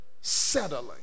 Settling